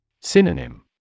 Synonym